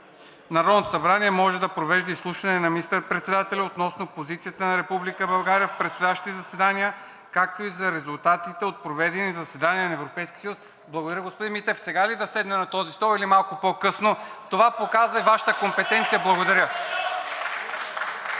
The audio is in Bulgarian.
„Народното събрание може да провежда изслушване на министър-председателя относно позицията на Република България в предстоящи заседания, както и за резултатите от проведени заседания на Европейския съюз.“ Благодаря, господин Митев, сега ли да седна на този стол или малко по-късно? Това показа и Вашата компетенция. (Реплики.) Благодаря.